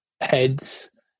heads